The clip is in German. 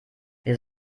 wir